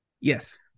Yes